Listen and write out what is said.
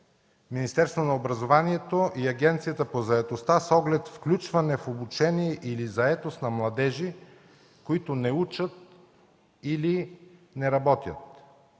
Министерството на образованието и Агенцията по заетостта с оглед включване в обучение или заетост на младежи, които не учат или не работят;